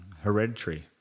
hereditary